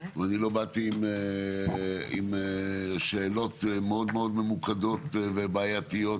ולא באתי עם שאלות מאוד מאוד ממוקדות ובעייתיות